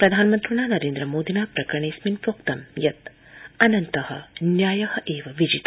प्रधानमन्त्रिणा नरेन्द्रमोदिना प्रकरणेऽस्मिन् प्रोक्तं यत् अन्तत न्याय विजित